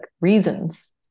reasons